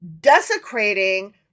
desecrating